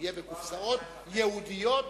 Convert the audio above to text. זה יהיה בקופסאות ייעודיות.